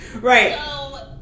Right